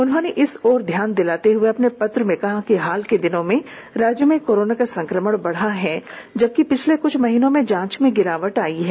उन्होंने इस ओर ध्यान दिलाते हुए अपने पत्र में कहा है कि हाल के दिनों में राज्य में कोरोना का संक्रमण बढ़ा है जबकि पिछले कुछ माह में जांच में गिरावट आई है